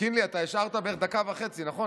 קינלי, השארת בערך דקה וחצי, נכון?